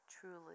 truly